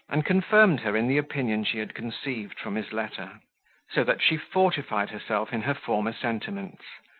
and confirmed her in the opinion she had conceived from his letter so that she fortified herself in her former sentiments,